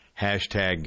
Hashtag